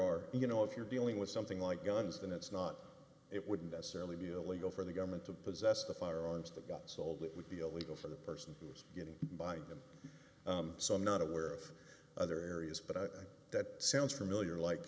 are you know if you're dealing with something like guns and it's not it wouldn't necessarily be illegal for the government to possess the firearms that got sold it would be illegal for the person who's getting by them so i'm not aware of other areas but that sounds familiar like